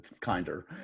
kinder